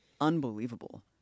unbelievable